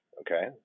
okay